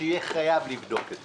שיהיה חייב לבדוק את זה.